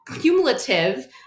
cumulative